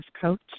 coach